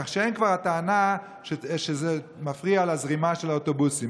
כך שאין כבר הטענה שזה מפריע לזרימה של האוטובוסים.